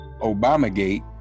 Obamagate